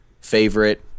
Favorite